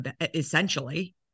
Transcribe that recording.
essentially